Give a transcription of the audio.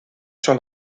sur